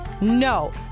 No